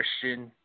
christian